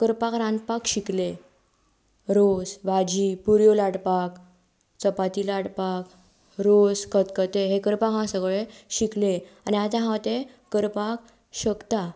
करपाक रांदपाक शिकलें रोस भाजी पुरयो लाटपाक चपाती लाटपाक रोस खतखतें हें करपाक हांव सगळें शिकलें आनी आतां हांव तें करपाक शकतां